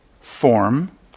form